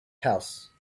house